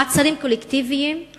מעצרים קולקטיביים,